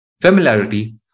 Familiarity